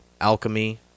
Alchemy